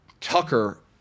Tucker